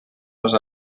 les